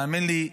האמן לי,